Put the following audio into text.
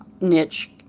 niche